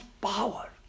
power